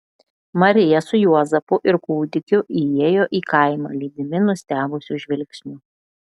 marija su juozapu ir kūdikiu įėjo į kaimą lydimi nustebusių žvilgsnių